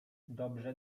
dobrze